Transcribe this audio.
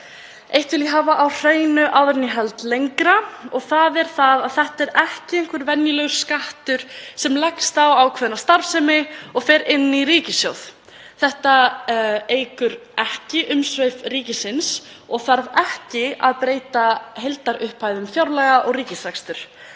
Eitt vil ég hafa á hreinu áður en ég held lengra. Það er að þetta er ekki einhver venjulegur skattur sem leggst á ákveðna starfsemi og fer inn í ríkissjóð. Þetta eykur ekki umsvif ríkisins og þarf ekki að breyta heildarupphæðum fjárlaga og ríkisrekstrar.